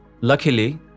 luckily